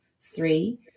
three